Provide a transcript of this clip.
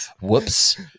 whoops